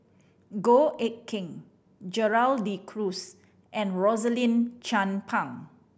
Goh Eck Kheng Gerald De Cruz and Rosaline Chan Pang